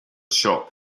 shop